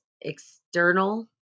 external